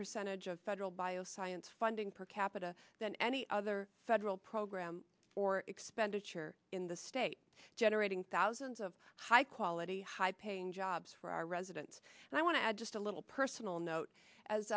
percentage of federal bio science funding per capita than any other federal program or expenditure in the state generating thousands of high quality high paying jobs for our residents and i want to add just a little personal note as